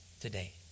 today